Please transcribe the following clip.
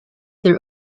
their